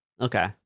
Okay